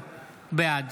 בעד